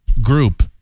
group